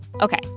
okay